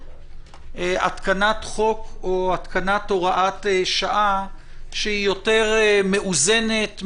התקנת חוק או התקנת הוראת שעה שהיא יותר מאוזנת,